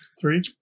three